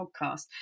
podcast